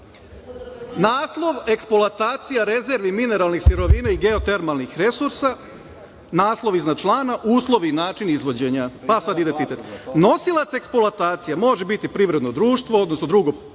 naslov Eksploatacija mineralnih sirovina i geotermalnih resursa, naslov iznad člana – Uslovi i način izvođenja. Sada ide citat: „Nosilac eksploatacije može biti privredno društvo, odnosno drugo